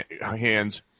hands